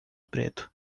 preto